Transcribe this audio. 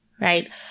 right